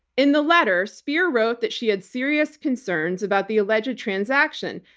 in the letter, speier wrote that she had serious concerns about the alleged transaction,